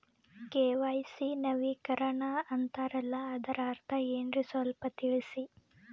KYC ನವೀಕರಣ ಅಂತಾರಲ್ಲ ಅದರ ಅರ್ಥ ಏನ್ರಿ ಸ್ವಲ್ಪ ತಿಳಸಿ?